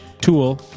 Tool